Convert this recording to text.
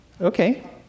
Okay